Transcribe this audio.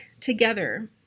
together